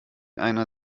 einer